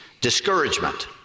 Discouragement